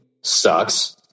sucks